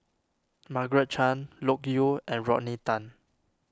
Margaret Chan Loke Yew and Rodney Tan